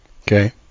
Okay